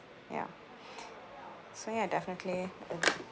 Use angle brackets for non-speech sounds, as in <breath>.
ya <breath> so ya definitely it